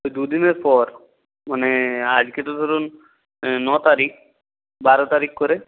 দু দিনের পর মানে আজকে তো ধরুন ন তারিখ বারো তারিখ করে